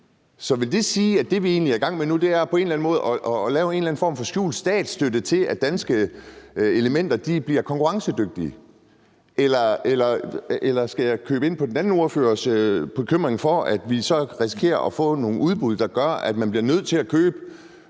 Vil det sige, at det, vi egentlig er i gang med nu, er på en eller anden måde at lave en eller anden form for skjult statsstøtte til, at danske elementer bliver konkurrencedygtige? Eller skal jeg købe ind på den anden ordførers bekymring for, at vi så risikerer at få nogle udbud, der gør, at man bliver nødt til at købe